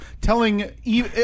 telling